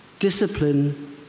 Discipline